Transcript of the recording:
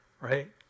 right